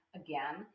again